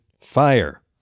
fire